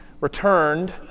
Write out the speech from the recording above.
returned